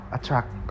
Attract